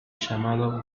llamado